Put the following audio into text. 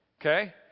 Okay